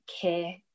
care